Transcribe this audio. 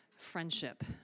friendship